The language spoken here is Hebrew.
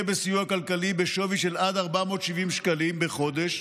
בסיוע כלכלי בשווי של עד 470 שקלים לחודש